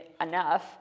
enough